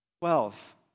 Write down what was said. Twelve